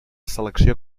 selecció